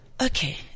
Okay